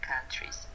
countries